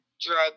drug